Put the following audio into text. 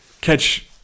catch